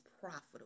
profitable